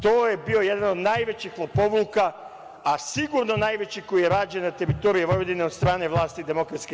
To je bio jedan od najvećih lopovluka, a sigurno najveći koji je rađen na teritoriji Vojvodine od strane vlasti DS.